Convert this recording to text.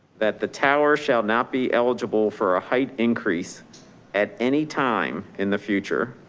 that the tower shall not be eligible for a height increase at any time in the future.